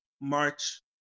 march